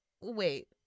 Wait